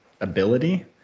ability